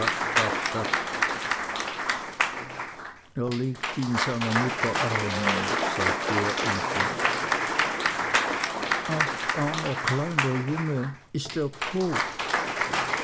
er liegt in seiner mutter armen sagte er endlich ach armer kleiner junge ist er tot